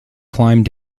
climb